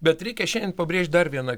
bet reikia šiandien pabrėžt dar vieną